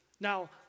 Now